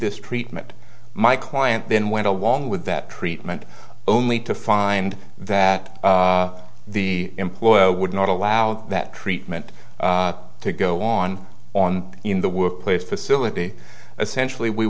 this treatment my client then went along with that treatment only to find that the employer would not allow that treatment to go on on in the workplace facility essentially we